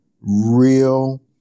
real